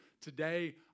Today